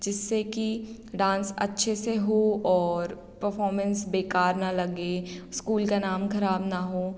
जिससे कि डांस अच्छे से हो और परफॉर्मेंस बेकार न लगे ईस्कूल का नाम खराब न हो